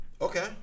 Okay